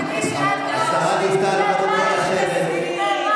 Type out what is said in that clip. את מייצגת דיכוי ואת גזענית.